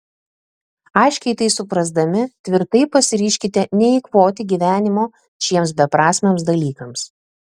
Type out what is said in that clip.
aiškiai tai suprasdami tvirtai pasiryžkite neeikvoti gyvenimo šiems beprasmiams dalykams